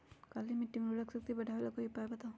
काली मिट्टी में उर्वरक शक्ति बढ़ावे ला कोई उपाय बताउ?